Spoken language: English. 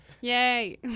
yay